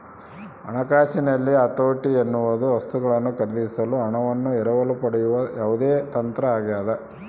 ಹಣಕಾಸಿನಲ್ಲಿ ಹತೋಟಿ ಎನ್ನುವುದು ವಸ್ತುಗಳನ್ನು ಖರೀದಿಸಲು ಹಣವನ್ನು ಎರವಲು ಪಡೆಯುವ ಯಾವುದೇ ತಂತ್ರ ಆಗ್ಯದ